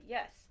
Yes